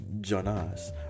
Jonas